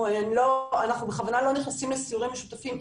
אנחנו בכוונה לא נכנסים לסיורים משותפים,